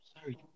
sorry